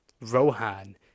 rohan